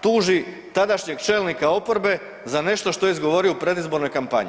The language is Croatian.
tuži tadašnjeg čelnika oporbe za nešto što je izgovorio u predizbornoj kampanji.